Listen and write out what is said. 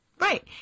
Right